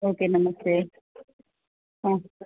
okay नमस्ते हा